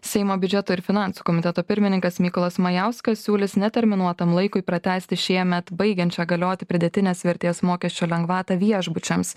seimo biudžeto ir finansų komiteto pirmininkas mykolas majauskas siūlys neterminuotam laikui pratęsti šiemet baigiančią galioti pridėtinės vertės mokesčio lengvatą viešbučiams